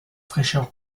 fraîcheur